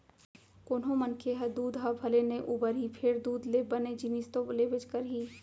कोनों मनखे ह दूद ह भले नइ बउरही फेर दूद ले बने जिनिस तो लेबेच करही